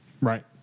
right